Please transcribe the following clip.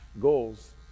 goals